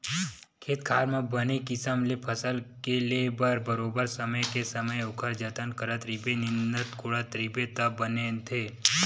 खेत खार म बने किसम ले फसल के ले बर बरोबर समे के समे ओखर जतन करत रहिबे निंदत कोड़त रहिबे तब बनथे